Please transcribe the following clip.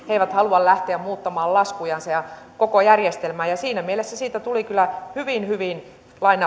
he eivät halua lähteä muuttamaan laskujansa ja koko järjestelmää ja siinä mielessä siitä tuli kyllä hyvin hyvin